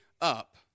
up